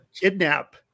kidnap